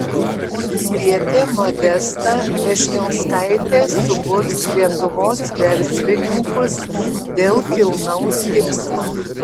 olimpietė modesta vžesniauskaitė suburs lietuvos verslininkus dėl kilnaus tikslo